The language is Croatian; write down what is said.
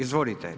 Izvolite.